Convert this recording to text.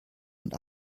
und